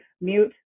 mute